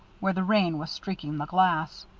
where the rain was streaking the glass.